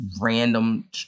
random